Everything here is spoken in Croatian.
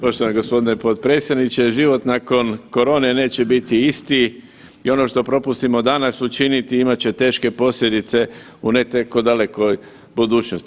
Poštovani gospodine potpredsjedniče život nakon korone neće biti isti i ono što propustimo danas učiniti imat će teške posljedice u ne tako dalekoj budućnosti.